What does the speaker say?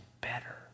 better